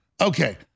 Okay